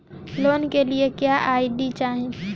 Loan के लिए क्या आई.डी चाही?